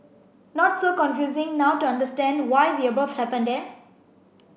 not so confusing now to understand why the above happened eh